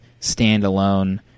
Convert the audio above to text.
standalone